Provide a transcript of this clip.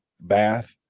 bath